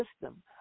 system